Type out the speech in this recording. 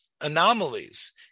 anomalies